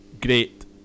great